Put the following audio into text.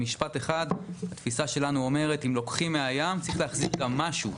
במשפט אחד: התפיסה שלנו אומרת שאם לוקחים מהים צריך גם להחזיר משהו.